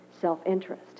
self-interest